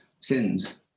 sins